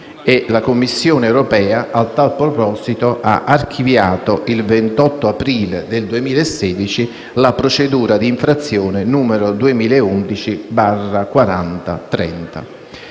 La Commissione europea a tal proposito ha archiviato, il 28 aprile 2016, la procedura d'infrazione 2011/4030.